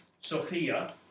Sophia